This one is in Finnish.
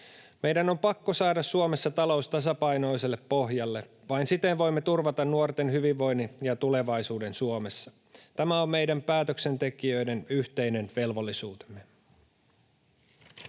Meidän on pakko saada Suomessa talous tasapainoiselle pohjalle. Vain siten voimme turvata nuorten hyvinvoinnin ja tulevaisuuden Suomessa. Tämä on meidän päätöksentekijöiden yhteinen velvollisuutemme.